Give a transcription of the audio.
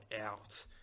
out